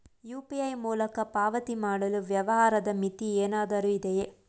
UPI ಮೂಲಕ ಪಾವತಿ ಮಾಡಲು ವ್ಯವಹಾರದ ಮಿತಿ ಏನಾದರೂ ಇದೆಯೇ?